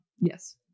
yes